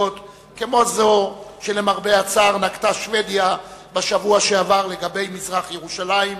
כמו זו שלמרבה הצער נקטה שבדיה בשבוע שעבר לגבי מזרח-ירושלים,